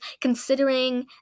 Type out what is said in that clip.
considering